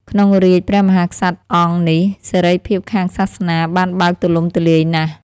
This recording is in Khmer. ក្នុងរាជ្យព្រះមហាក្សត្រអង្គ នេះ សេរីភាពខាងសាសនាបានបើកទូលំទូលាយណាស់។